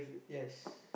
yes